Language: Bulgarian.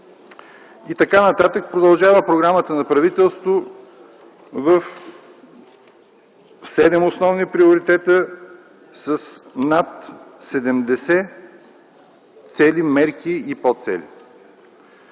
И така нататък, продължава Програмата на правителството в седем основни приоритета с над 70 цели, мерки и подцели.